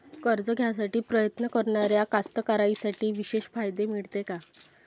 कर्ज घ्यासाठी प्रयत्न करणाऱ्या कास्तकाराइसाठी विशेष फायदे मिळते का?